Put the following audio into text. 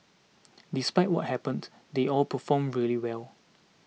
despite what happened they all performed really well